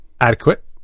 adequate